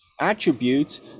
attributes